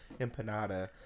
empanada